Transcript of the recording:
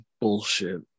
bullshit